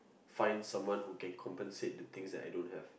find someone who can compensate the things that I don't have